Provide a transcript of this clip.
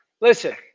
listen